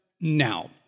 now